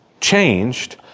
changed